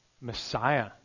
Messiah